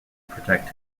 protect